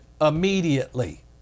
immediately